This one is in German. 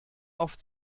oft